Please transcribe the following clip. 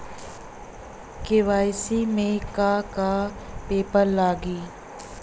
KYC में का का पेपर लगी?